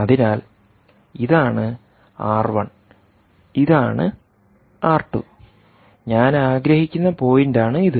അതിനാൽ ഇതാണ് ആർ1 ഇതാണ് ആർ2 ഞാൻ ആഗ്രഹിക്കുന്ന പോയിന്റാണ് ഇത്